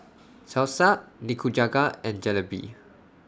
Salsa Nikujaga and Jalebi